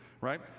right